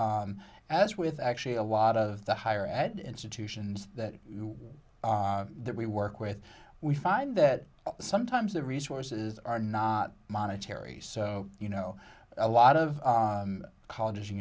as with actually a lot of the higher ed institutions that we that we work with we find that sometimes the resources are not monetary so you know a lot of colleges